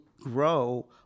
grow